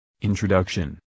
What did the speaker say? Introduction